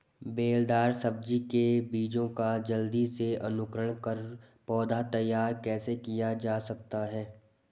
बेलदार सब्जी के बीजों का जल्दी से अंकुरण कर पौधा तैयार कैसे किया जा सकता है?